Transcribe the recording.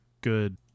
good